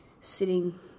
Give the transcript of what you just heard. sitting